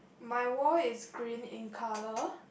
my wall is green in colour